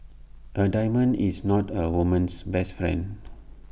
A diamond is not A woman's best friend